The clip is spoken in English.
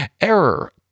error